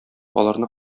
аларны